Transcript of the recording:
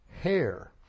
hair